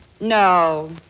No